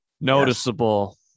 noticeable